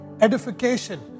edification